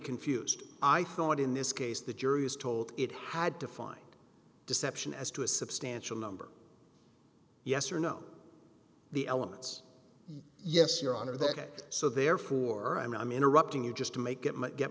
confused i thought in this case the jury was told it had to find deception as to a substantial number yes or no the elements yes your honor that so therefore i'm interrupting you just to make it might get